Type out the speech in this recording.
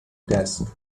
desk